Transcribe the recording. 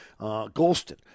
Golston